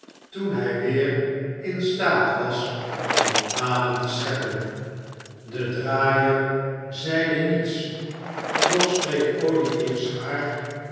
toen hij weer in staat was om adem te scheppen de draaier zeide niets doch streek olivier's haar